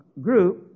Group